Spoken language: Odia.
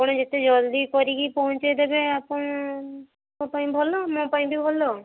ଆପଣ ଯେତେ ଜଲ୍ଦି କରିକି ପହଞ୍ଚେଇଦେବେ ଆପଣଙ୍କ ପାଇଁ ଭଲ ମୋ ପାଇଁ ବି ଭଲ